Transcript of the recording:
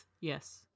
yes